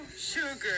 sugar